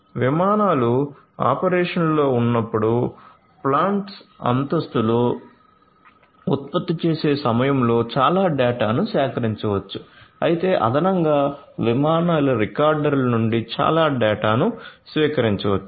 విమానాలు ఆపరేషన్లో ఉన్నప్పుడు ప్లాంట్స్ అంతస్తులో ఉత్పత్తి చేసే సమయంలో చాలా డేటాను సేకరించవచ్చు అయితే అదనంగా విమానాల రికార్డర్ల నుండి చాలా డేటాను సేకరించవచ్చు